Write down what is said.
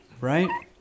Right